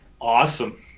awesome